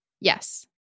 Yes